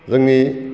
जोंनि